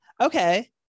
Okay